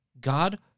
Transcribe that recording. God